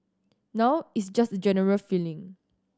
now it's just a general feeling